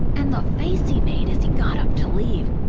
and the face he made as he got up to leave,